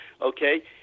okay